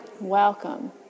Welcome